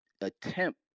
attempt